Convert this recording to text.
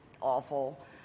awful